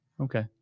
okay